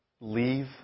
leave